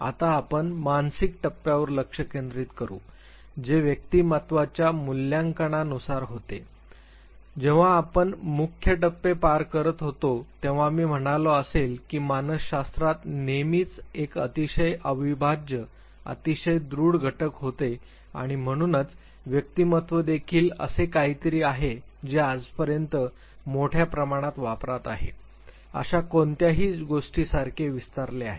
आता आपण मानसिक टप्प्यावर लक्ष केंद्रित करू जे व्यक्तिमत्त्वाच्या मूल्यांकनानुसार होते जेव्हा आपण मुख्य टप्पे पार करत होतो तेव्हा मी म्हणालो असेन की मानसशास्त्रात नेहमीच एक अतिशय अविभाज्य अतिशय दृढ घटक होते आणि म्हणूनच व्यक्तिमत्त्व देखील असे काहीतरी आहे जे आजपर्यंत मोठ्या प्रमाणात वापरात आहे अशा कोणत्याही गोष्टीसारखे विस्तारले आहे